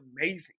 amazing